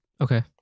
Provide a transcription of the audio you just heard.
Okay